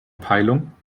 peilung